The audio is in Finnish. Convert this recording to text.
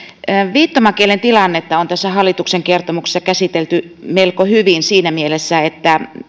viittomakielen tilannetta on tässä hallituksen kertomuksessa käsitelty melko hyvin siinä mielessä että